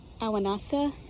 Awanasa